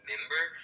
member